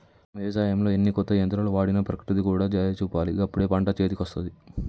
వ్యవసాయంలో ఎన్ని కొత్త యంత్రాలు వాడినా ప్రకృతి కూడా దయ చూపాలి గప్పుడే పంట చేతికొస్తది